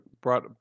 brought